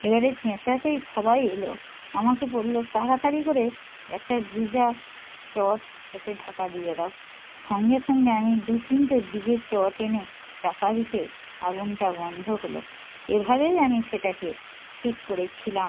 এবারে চেঁচাতেই সবাই এলো আমাকে বললো তাড়াতাড়ি করে একটা ভিজে চট ওতে ঢাকা দিয়ে দাও সঙ্গে সঙ্গে আমি দু তিনটে ভিজে চট এনে চাপা দিতে আগুনটা বন্ধ হলো এভাবেই আমি সেটাকে ঠিক করেছিলাম